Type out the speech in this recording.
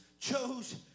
chose